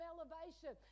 Elevation